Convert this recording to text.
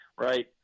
right